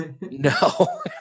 no